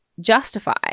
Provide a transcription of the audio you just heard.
justify